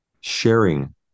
Sharing